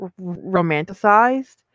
romanticized